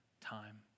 time